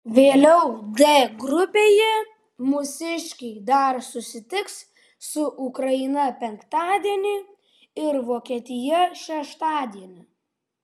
vėliau d grupėje mūsiškiai dar susitiks su ukraina penktadienį ir vokietija šeštadienį